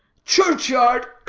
church-yard